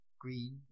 green